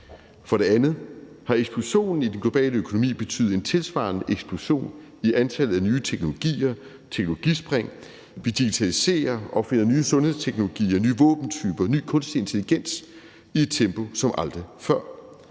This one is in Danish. For det andet har eksplosionen i den globale økonomi betydet en tilsvarende eksplosion i antallet af nye teknologier, teknologispring; vi digitaliserer, opfinder nye sundhedsteknologier, nye våbentyper, ny kunstig intelligens i et tempo som aldrig før.